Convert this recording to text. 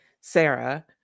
Sarah